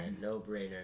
no-brainer